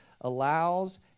allows